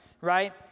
right